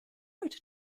wrote